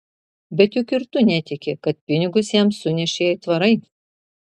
bet juk ir tu netiki kad pinigus jam sunešė aitvarai